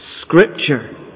Scripture